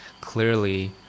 clearly